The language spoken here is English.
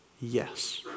yes